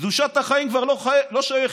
קדושת החיים כבר לא שייכת.